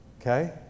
Okay